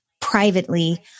privately